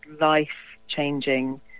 life-changing